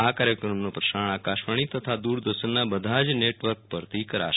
આ કાર્યક્રમનું પ્રસારણ આકાશવાણી તથા દૂરદર્શનના બધા જ નેટવર્ક પરથી કરાશે